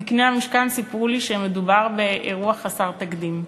זקני המשכן סיפרו לי שמדובר באירוע חסר תקדים.